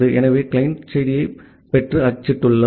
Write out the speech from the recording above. ஆகவே கிளையன்ட் செய்தியைப் பெற்று அச்சிட்டுள்ளார்